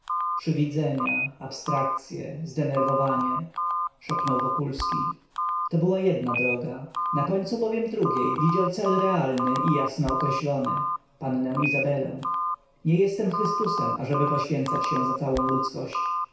przywidzenia abstrakcye zdenerwowanie szepnął wokulski to była jedna droga na końcu bowiem drugiej widział cel realny i jasno określony pannę izabelę nie jestem chrystusem ażeby poświęcać się za całą ludzkość